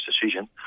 decision